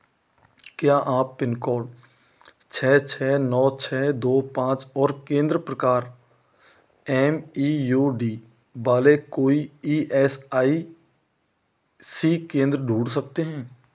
क्या आप pin code छः छः नौ छः दो पाँच और केंद्र प्रकार एम ई यू डी वाले कोई ई एस आई सी केंद्र ढूँढ सकते हैं